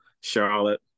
Charlotte